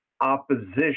opposition